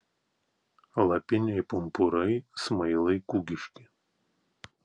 lapiniai pumpurai smailai kūgiški